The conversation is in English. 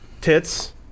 tits